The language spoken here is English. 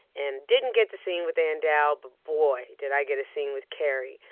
and didn't get the scene with ann dowd but, boy, did i get a scene with carrie.